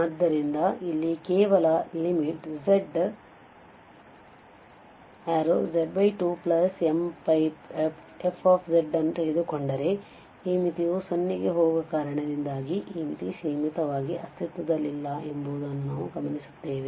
ಆದ್ದರಿಂದ ಇಲ್ಲಿ ಕೇವಲz→2mπfಅನ್ನು ತೆಗೆದುಕೊಂಡರೆ ಈ ಮಿತಿಯು 0 ಕ್ಕೆ ಹೋಗುವ ಕಾರಣದಿಂದಾಗಿ ಈ ಮಿತಿ ಸೀಮಿತವಾಗಿ ಅಸ್ತಿತ್ವದಲ್ಲಿಲ್ಲ ಎಂಬುದನ್ನು ನಾವು ಗಮನಿಸುತ್ತೇವೆ